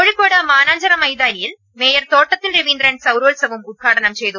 കോഴിക്കോട് മാനാഞ്ചിറ മൈതാനിയിൽ മേയർ തോട്ടത്തിൽ രവീന്ദ്രൻ സൌരോത്സവം ഉദ്ഘാടനം ചെയ്തു